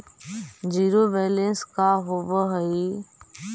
Zero balance का होव हइ?